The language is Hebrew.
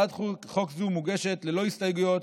הצעת חוק זו מוגשת ללא הסתייגויות,